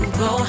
go